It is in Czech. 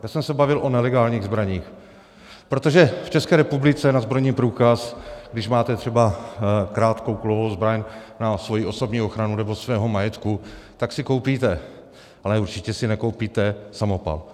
Já jsem se bavil o nelegálních zbraních, protože v České republice na zbrojní průkaz, když máte třeba krátkou kulovou zbraň na svoji osobní ochranu nebo svého majetku, tak si koupíte, ale určitě si nekoupíte samopal.